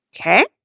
Okay